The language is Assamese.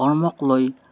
কৰ্মকলৈ